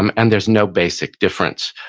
um and there's no basic difference.